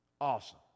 Awesome